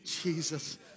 Jesus